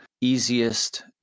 easiest